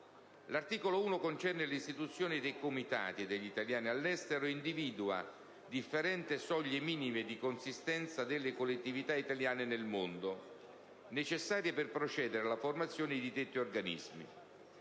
L'articolo 1 concerne l'istituzione dei Comitati degli italiani all'estero e individua differenti soglie minime di consistenza delle collettività italiane nel mondo, necessarie per procedere alla formazione di detti organismi.